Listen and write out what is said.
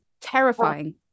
terrifying